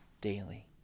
daily